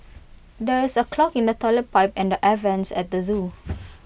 there is A clog in the Toilet Pipe and the air Vents at the Zoo